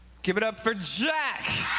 give it up for jack.